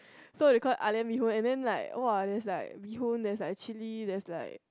so it called ah lian bee hoon and then like !wah! there's like bee hoon there's like chilli there's like